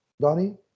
Donnie